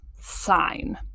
sign